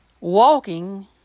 walking